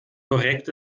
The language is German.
korrekt